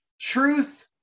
Truth